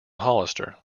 hollister